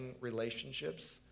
relationships